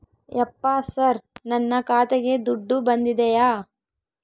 ಯಪ್ಪ ಸರ್ ನನ್ನ ಖಾತೆಗೆ ದುಡ್ಡು ಬಂದಿದೆಯ?